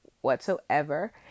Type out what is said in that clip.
whatsoever